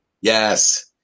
Yes